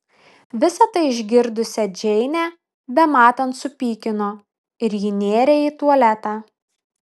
visa tai išgirdusią džeinę bematant supykino ir ji nėrė į tualetą